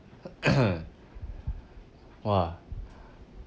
!wah!